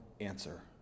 answer